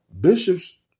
Bishops